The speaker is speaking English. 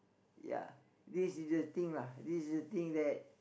ya this is the thing lah this is the thing that